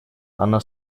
она